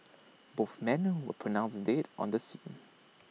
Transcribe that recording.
both men were pronounced dead on the scene